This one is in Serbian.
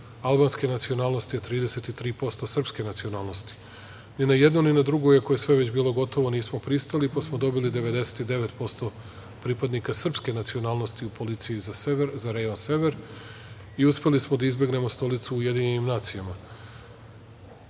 albanske nacionalnosti, a 33% srpske nacionalnosti. Ni na jedno, ni na drugo, iako je sve već bilo gotovo nismo pristali, pa smo dobili 99% pripadnika srpske nacionalnosti u policiji za rejon sever i uspeli smo da izbegnemo Stolicu u UN.Voleo bih da